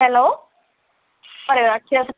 hello പറയു Akshaya cent